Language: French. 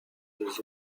des